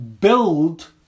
build